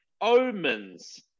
Omens